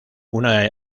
una